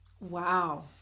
Wow